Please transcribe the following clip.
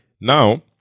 Now